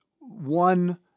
one